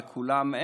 וכולם,